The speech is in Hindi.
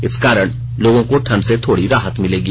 इस कारण लोगों को ठंड से थोड़ी राहत मिलेगी